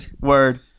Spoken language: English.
word